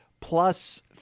plus